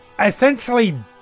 essentially